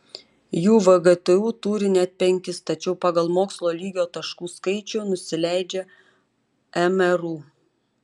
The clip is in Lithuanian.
jų vgtu turi net penkis tačiau pagal mokslo lygio taškų skaičių nusileidžia mru